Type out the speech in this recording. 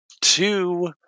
two